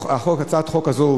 הצעת החוק הזאת,